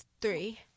three